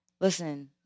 Listen